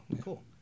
cool